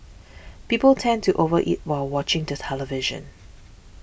people tend to over eat while watching the television